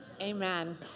Amen